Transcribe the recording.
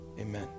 Amen